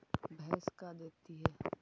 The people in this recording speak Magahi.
भैंस का देती है?